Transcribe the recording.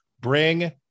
bring